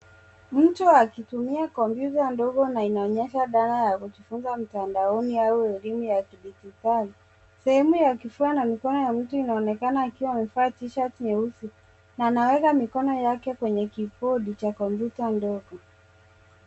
Mtu akitumia kompyuta ndogo na inaonyehsa dhana ya kujifunza mtandaoni au elimu ya kidijitali. Sehemu ya kifua na mikono ya mtu inaonekana akiwa amevaa t-shirt- nyeusi na anaweka mikono yake kwenye kibodi cha kompyuta ndogo.